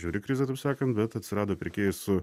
žiauri krizė taip sakant bet atsirado pirkėjai su